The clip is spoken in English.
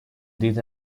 did